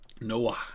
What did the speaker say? noah